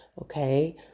Okay